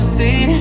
see